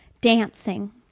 Dancing